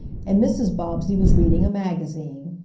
and mrs. bobbsey was reading a magazine.